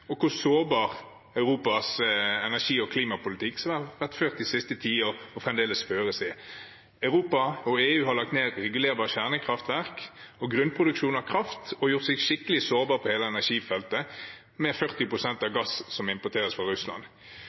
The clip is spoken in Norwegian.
og hvor sårbar Europas energi- og klimapolitikk er, som har vært ført de siste tiårene og fremdeles føres. Europa og EU har lagt ned regulerbare kjernekraftverk og grunnproduksjon av kraft og gjort seg skikkelig sårbare på hele energifeltet, med 40 pst. av gassen importert fra Russland.